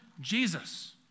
Jesus